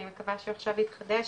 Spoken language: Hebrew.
אני מקווה שעכשיו הוא יתחדש,